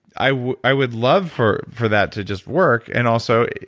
i i would love for for that to just work, and also,